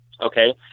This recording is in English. Okay